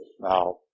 now